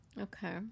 okay